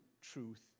truth